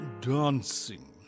dancing